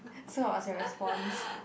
so I was like respond